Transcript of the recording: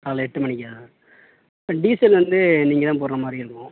காலைல எட்டு மணிக்கா இப்போ டீசல் வந்து நீங்கள் தான் போடுற மாதிரி இருக்கும்